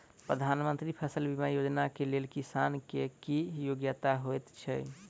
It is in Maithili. प्रधानमंत्री फसल बीमा योजना केँ लेल किसान केँ की योग्यता होइत छै?